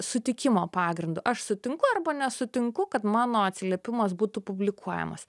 sutikimo pagrindu aš sutinku arba nesutinku kad mano atsiliepimas būtų publikuojamas